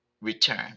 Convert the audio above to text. return